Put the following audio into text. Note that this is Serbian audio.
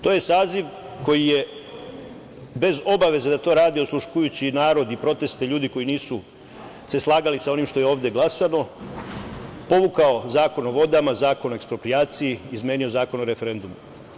To je saziv koji je bez obaveze da to radi, osluškujući narod i proteste ljudi koji nisu se slagali sa onim što je ovde glasano, povukao Zakon o vodama, Zakon o eksproprijaciji, izmenio Zakon o referendumu.